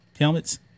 helmets